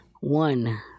One